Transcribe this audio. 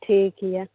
ठीक यऽ